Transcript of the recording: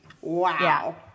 Wow